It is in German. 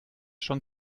schon